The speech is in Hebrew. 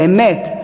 באמת.